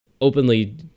openly